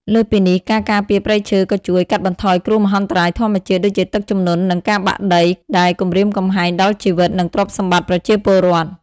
លើសពីនេះ ការការពារព្រៃឈើក៏ជួយ កាត់បន្ថយគ្រោះមហន្តរាយធម្មជាតិ ដូចជាទឹកជំនន់ និងការបាក់ដី ដែលគំរាមកំហែងដល់ជីវិត និងទ្រព្យសម្បត្តិប្រជាពលរដ្ឋ។